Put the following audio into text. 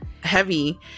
heavy